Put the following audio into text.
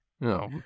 No